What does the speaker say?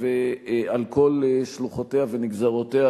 על כל שלוחותיה ונגזרותיה,